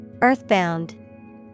Earthbound